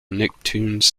nicktoons